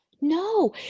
no